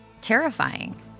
terrifying